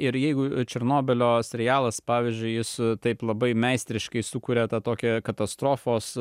ir jeigu černobylio serialas pavyzdžiui jis taip labai meistriškai sukuria tą tokią katastrofos